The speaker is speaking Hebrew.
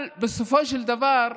אבל בסופו של דבר,